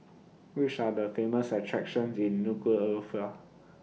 Which Are The Famous attractions in Nuku'Alofa